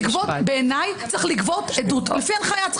בעיניי, צריך לגבות עדות לפי הנחיה.